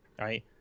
Right